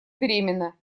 беременна